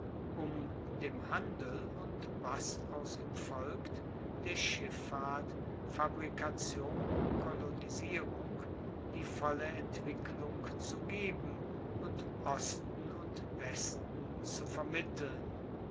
um dem handel und was aus ihm folgt der schiffahrt fabrikation kolonisierung die volle entwicklung zu geben und osten und westen zu vermitteln